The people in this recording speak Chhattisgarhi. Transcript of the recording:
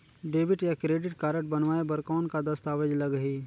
डेबिट या क्रेडिट कारड बनवाय बर कौन का दस्तावेज लगही?